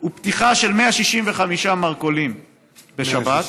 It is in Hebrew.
הוא פתיחה של 165 מרכולים בשבת,